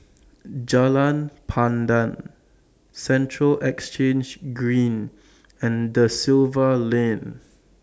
Jalan Pandan Central Exchange Green and DA Silva Lane